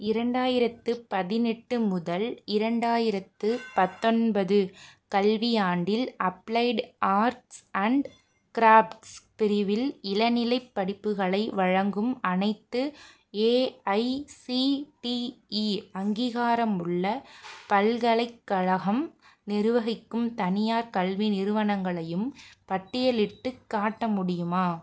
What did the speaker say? இரண்டாயிரத்தி பதினெட்டு முதல் இரண்டாயிரத்தி பத்தொன்பது கல்வியாண்டில் அப்ளைடு ஆர்ட்ஸ் அண்ட் க்ராஃப்ட்ஸ் பிரிவில் இளநிலைப் படிப்புகளை வழங்கும் அனைத்து ஏஐசிடிஇ அங்கீகாரமுள்ள பல்கலைக்கழகம் நிர்வகிக்கும் தனியார் கல்வி நிறுவனங்களையும் பட்டியலிட்டுக் காட்ட முடியுமா